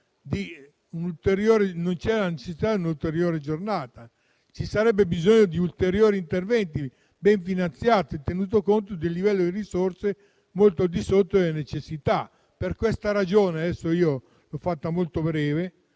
necessità di istituire un'ulteriore giornata. Ci sarebbe bisogno di ulteriori interventi ben finanziati, tenuto conto del livello di risorse molto al di sotto delle necessità. Per questa ragione - l'ho fatta molto breve